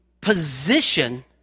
position